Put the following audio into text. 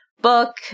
book